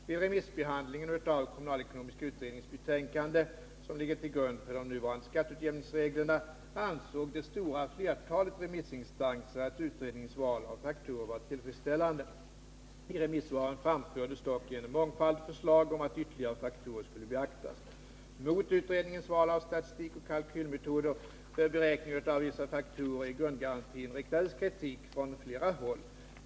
Vid remissbehandlingen av kommunalekonomiska utredningens betänkande , som ligger till grund för de nuvarande skatteutjämningsreglerna, ansåg det stora flertalet remissinstanser att utredningens val av faktorer var tillfredsställande. I remissvaren framfördes dock en mångfald förslag om att ytterligare faktorer skulle beaktas. Mot utredningens val av statistik och kalkylmetoder för beräkning av vissa faktorer i grundgarantin riktades kritik från flera håll.